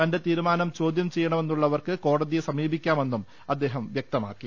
തന്റെ തീരുമാനം ചോദ്യം ചെയ്യണമെന്നുള്ളവർക്ക് കോടതിയെ സമീപിക്കാമെന്നും അദ്ദേഹം വൃക്തമാക്കി